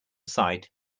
sight